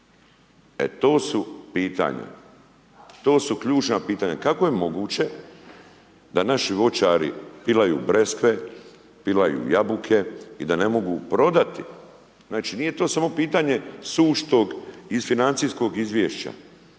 e to su pitanja, to su ključna pitanja. Kako je moguće, da naši voćari pilaju breskve, pilaju jabuke i da ne mogu prodati. Znači nije to samo pitanje suštog i financijskog izvješća,